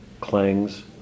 clangs